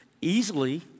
easily